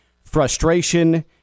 frustration